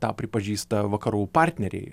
tą pripažįsta vakarų partneriai